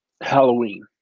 Halloween